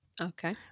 Okay